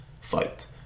fight